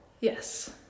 yes